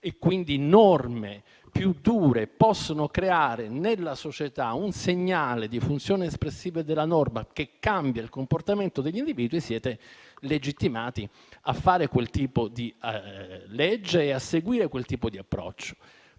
quindi norme più dure, possano creare nella società un segnale di funzione espressiva della norma che cambia il comportamento degli individui, siete legittimati a fare quel tipo di legge e a seguire quel tipo di approccio.